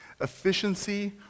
Efficiency